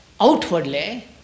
outwardly